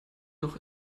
noch